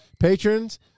patrons